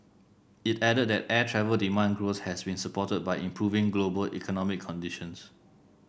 it added that air travel demand growth has been supported by improving global economic conditions